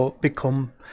become